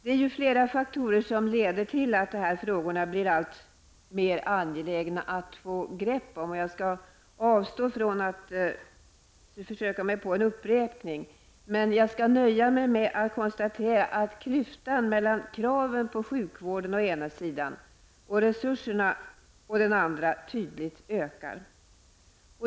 Det är flera faktorer som leder till att de här frågorna blir alltmer angelägna att få grepp om. Jag skall avstå från att försöka mig på en uppräkning och nöja mig med att konstatera att klyftan mellan kraven på sjukvård å ena sidan och resurserna å den andra tydligt ökar.